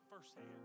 firsthand